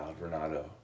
Renato